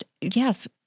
Yes